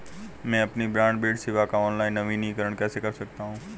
मैं अपनी ब्रॉडबैंड सेवा का ऑनलाइन नवीनीकरण कैसे कर सकता हूं?